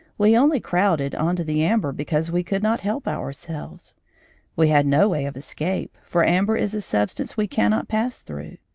we only crowded on to the amber because we could not help ourselves we had no way of escape, for amber is a substance we cannot pass through.